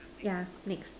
yeah next